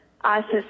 ISIS